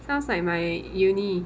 sounds like my uni